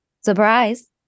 Surprise